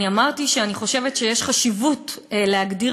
אני אמרתי שאני חושבת שיש חשיבות להגדיר